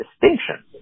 distinction